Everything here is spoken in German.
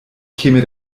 käme